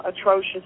atrocious